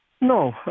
No